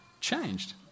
changed